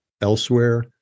elsewhere